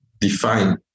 define